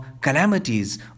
calamities